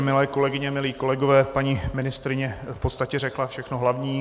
Milé kolegyně, milí kolegové, paní ministryně v podstatě řekla všechno hlavní.